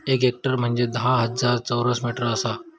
एक हेक्टर म्हंजे धा हजार चौरस मीटर आसा